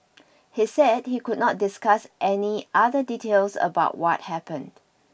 he said he could not discuss any other details about what happened